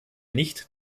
nicht